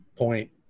point